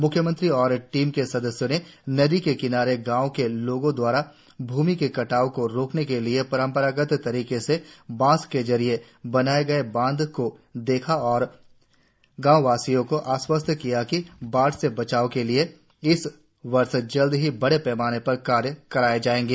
म्ख्यमंत्री और टीम के सदस्यों ने नदी के किनारे गांव के लोगों दवारा भूमि के कटाव को रोकने के लिए परंपरागत तरीके से बांस के जरिए बनाएं गए बांध को देखा और गांव वासियों को आश्वस्त किया कि बाढ़ से बचाव के लिए इस वर्ष जल्द ही बड़े पैमाने पर कार्य कराया जाएगा